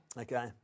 Okay